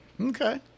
Okay